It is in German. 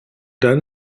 dann